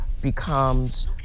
becomes